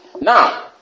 Now